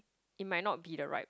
it might not be the right